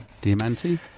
Diamante